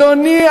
אדוני,